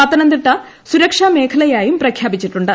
പത്തനംതിട്ട സുരക്ഷാമേഖലയായും പ്രഖ്യാപിച്ചിട്ടുണ്ട്